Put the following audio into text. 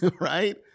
right